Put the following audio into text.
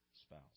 spouse